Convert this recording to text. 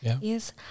yes